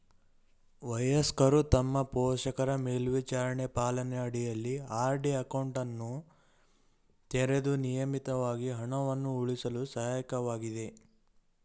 ವಯಸ್ಕರು ತಮ್ಮ ಪೋಷಕರ ಮೇಲ್ವಿಚಾರಣೆ ಪಾಲನೆ ಅಡಿಯಲ್ಲಿ ಆರ್.ಡಿ ಅಕೌಂಟನ್ನು ತೆರೆದು ನಿಯಮಿತವಾಗಿ ಹಣವನ್ನು ಉಳಿಸಲು ಸಹಾಯಕವಾಗಿದೆ